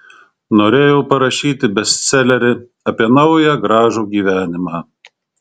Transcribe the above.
norėjau parašyti bestselerį apie naują gražų gyvenimą